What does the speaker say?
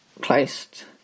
placed